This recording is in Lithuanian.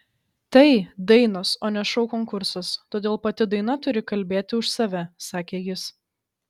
tai dainos o ne šou konkursas todėl pati daina turi kalbėti už save sakė jis